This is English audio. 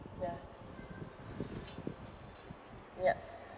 ya yup